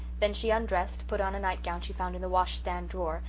then she undressed, put on a nightgown she found in the washstand drawer,